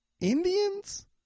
Indians